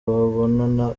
babonana